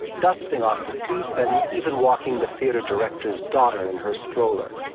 dusting off the seats, and even walking the theater director's daughter in her stroller.